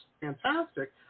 fantastic